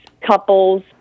couples